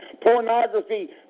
pornography